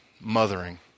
mothering